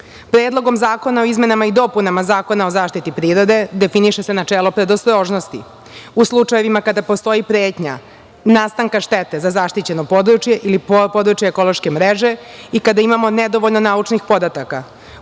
prirode. Predlogom zakona o izmenama i dopunama Zakona o zaštiti prirode definiše se načelo predostrožnosti u slučajevima kada postoji pretnja nastanka štete za zaštićeno područje ili područja ekološke mreže i kada imamo nedovoljno naučnih podataka.